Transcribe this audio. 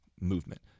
movement